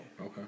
Okay